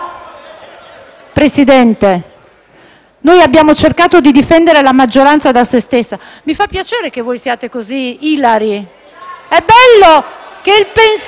Presidente, abbiamo cercato di difendere la maggioranza da se stessa. Mi fa piacere che voi siate così ilari. È bello che il pensiero